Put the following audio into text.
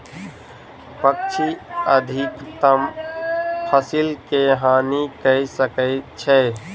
पक्षी अधिकतम फसिल के हानि कय सकै छै